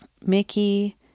Mickey